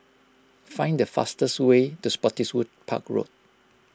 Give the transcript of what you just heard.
find the fastest way to Spottiswoode Park Road